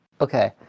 Okay